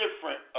different